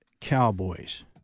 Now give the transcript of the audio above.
Cowboys